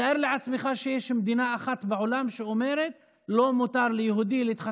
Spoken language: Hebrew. תאר לעצמך שיש מדינה אחת בעולם שאומרת שליהודי לא מותר להתחתן